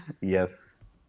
yes